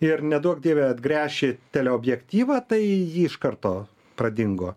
ir neduok dieve atgręši teleobjektyvą tai ji iš karto pradingo